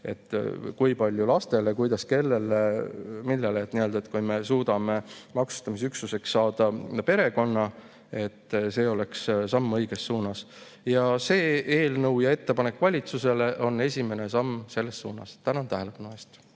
et kui palju lastele, kuidas, kellele ja millal. Kui me suudaksime maksustamise üksuseks saada perekonna, siis see oleks samm õiges suunas. See eelnõu ja ettepanek valitsusele on esimene samm selles suunas. Tänan tähelepanu